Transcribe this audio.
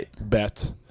bet